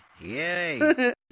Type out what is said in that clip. Yay